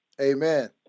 Amen